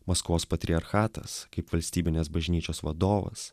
maskvos patriarchatas kaip valstybinės bažnyčios vadovas